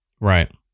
right